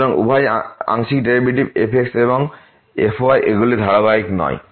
সুতরাং উভয় আংশিক ডেরিভেটিভ fx এবং fy এগুলি ধারাবাহিক নয়